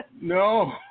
No